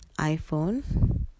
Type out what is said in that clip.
iPhone